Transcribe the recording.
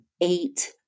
eight